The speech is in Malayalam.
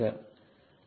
0303 അതു തന്നെ